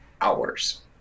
hours